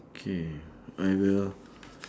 okay I will